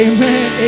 Amen